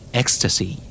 ecstasy